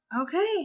Okay